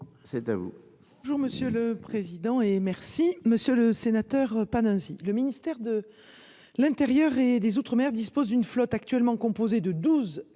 c'est à vous. Bonjour monsieur le président et. Merci monsieur le sénateur Panunzi. Le ministère de. L'Intérieur et des Outre-mer dispose d'une flotte actuellement composée de 12 canadairs